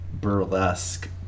Burlesque